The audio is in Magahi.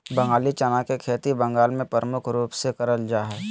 बंगाली चना के खेती बंगाल मे प्रमुख रूप से करल जा हय